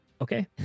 Okay